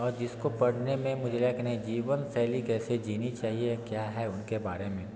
और जिसको पढ़ने में मुझे एक नई जीवन शैली कैसे जीनी चाहिए क्या है उनके बारे में